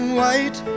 white